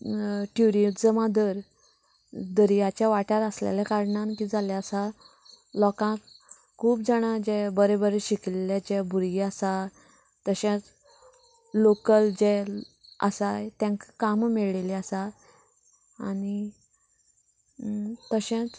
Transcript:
ट्युरीजमा दर दर्याचा वाटार आसलेंल्या कारणान की जाल्लें आसा लोकां खूब जाणां जें बरें बरें शिकिल्लें जे भुरगें आसा तशेच लोकल जें आसाय तेंकां कामां मेळिल्ले आसा आनी तशेंच